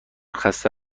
خسته